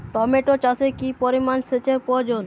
Tomato চাষে কি পরিমান সেচের প্রয়োজন?